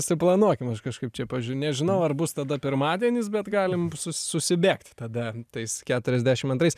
suplanuokim aš kažkaip čia pažiu nežinau ar bus tada pirmadienis bet galim sus susibėgt tada tais keturiasdešim antrais